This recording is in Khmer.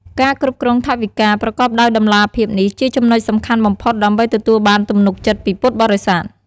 ការគ្រប់គ្រងថវិកាប្រកបដោយតម្លាភាពនេះជាចំណុចសំខាន់បំផុតដើម្បីទទួលបានទំនុកចិត្តពីពុទ្ធបរិស័ទ។